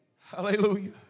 Hallelujah